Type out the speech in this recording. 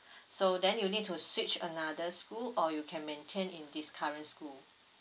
so then you need to switch another school or you can maintain in this current school